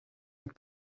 het